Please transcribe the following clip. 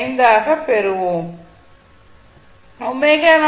5 ஆகப் பெறுவோம்